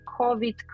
COVID